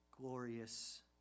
glorious